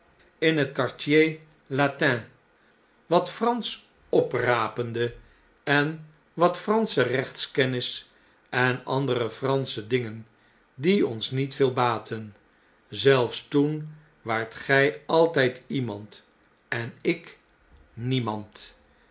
in het quartier latin wat eransch oprapende en wat fransche rechtskennis en andere fransche dingen die ons niet veel baatten zelfs toen waart gij altn'd iemand en ik niemand